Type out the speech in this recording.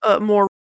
more